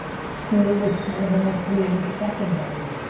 school was kind of almost weirdly secondary,